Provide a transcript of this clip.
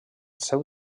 seu